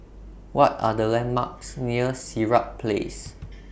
What Are The landmarks near Sirat Place